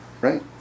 Right